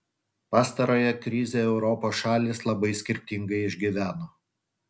pastarąją krizę europos šalys labai skirtingai išgyveno